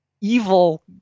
evil